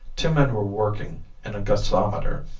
two men were working in a gasometer,